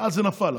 ואז זה נפל.